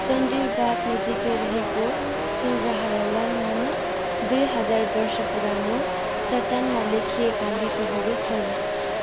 चन्डिल बाँध नजिकै रहेको सङ्ग्राहलयमा दुई हजार वर्ष पुरानो चट्टानमा लेखिएका लिपिहरू छन्